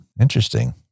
Interesting